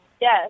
Yes